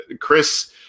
Chris